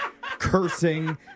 cursing